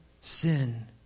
sin